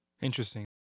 Interesting